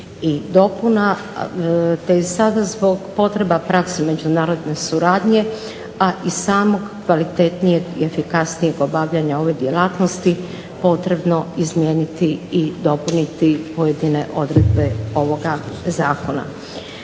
i dopuna te je sada zbog potreba prakse međunarodne suradnje, a i samog kvalitetnijeg i efikasnijeg obavljanja ove djelatnosti potrebno izmijeniti i dopuniti pojedine odredbe ovoga zakona.